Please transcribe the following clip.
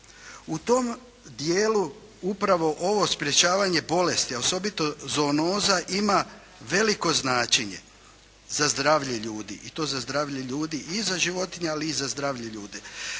U tom dijelu upravo ovo sprečavanje bolesti, a osobito zoonoza ima veliko značenje za zdravlje ljudi i to za zdravlje ljudi i za životinja ali i za zdravlje ljudi.